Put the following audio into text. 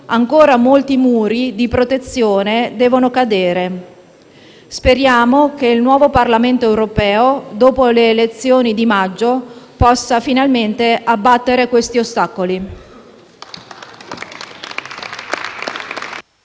ancora molti muri di protezione devono cadere. Speriamo che il nuovo Parlamento europeo, dopo le elezioni di maggio, possa finalmente abbattere questi ostacoli.